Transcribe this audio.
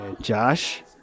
Josh